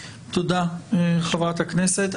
תודה, חברת הכנסת.